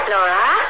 Laura